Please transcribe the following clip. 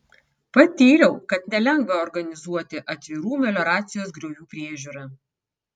patyriau kad nelengva organizuoti atvirų melioracijos griovių priežiūrą